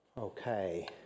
Okay